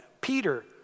Peter